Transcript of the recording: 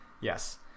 yes